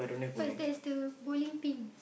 but they still bowling pin